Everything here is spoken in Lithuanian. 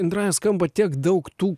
indraja skamba tiek daug tų